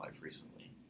recently